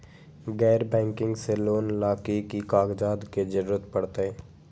गैर बैंकिंग से लोन ला की की कागज के जरूरत पड़तै?